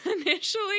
initially